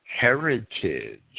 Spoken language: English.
heritage